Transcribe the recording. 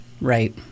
Right